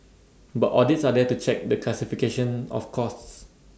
but audits are there to check the classification of costs